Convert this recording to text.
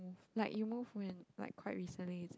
like you move when like quite recently is it